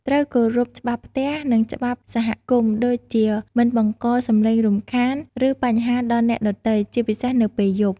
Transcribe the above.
ត្រូវគោរពច្បាប់ផ្ទះ និងច្បាប់សហគមន៍ ដូចជាមិនបង្កសំឡេងរំខាន ឬបញ្ហាដល់អ្នកដទៃ ជាពិសេសនៅពេលយប់។